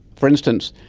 for instance,